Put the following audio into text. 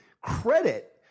credit